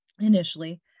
initially